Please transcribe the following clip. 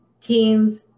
teens